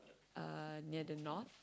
uh near the north